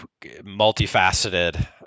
multifaceted